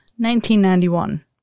1991